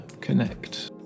connect